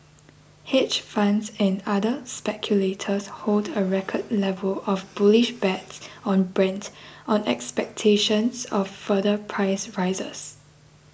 hedge funds and other speculators hold a record level of bullish bets on Brent on expectations of further price rises